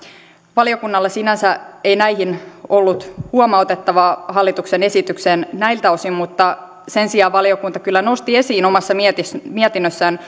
valiokunnalla sinänsä ei näihin ollut huomautettavaa hallituksen esitykseen näiltä osin mutta sen sijaan valiokunta kyllä nosti esiin omassa mietinnössään mietinnössään